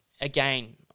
Again